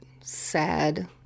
sad